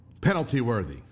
penalty-worthy